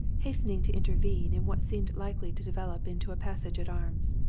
hastening to intervene in what seemed likely to develop into a passage-at-arms.